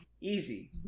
Easy